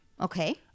Okay